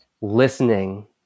listening